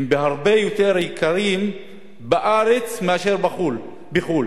הם הרבה יותר יקרים בארץ מאשר בחו"ל.